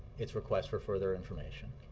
its request for further information.